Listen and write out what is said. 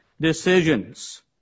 decisions